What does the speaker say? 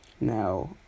Now